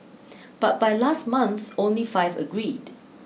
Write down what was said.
but by last month only five agreed